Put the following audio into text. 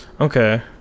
okay